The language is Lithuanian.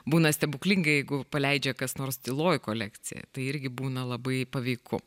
būna stebuklingai jeigu paleidžia kas nors tyloje kolekcija tai irgi būna labai paveiku